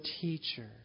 teacher